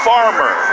Farmer